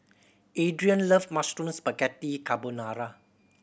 Adriene love Mushroom Spaghetti Carbonara